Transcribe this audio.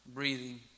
Breathing